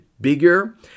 bigger